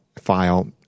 file